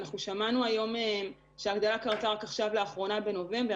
שמענו שההגדלה קרתה רק בנובמבר.